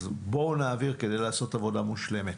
אז בואו נעביר כדי לעשות עבודה מושלמת,